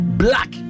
black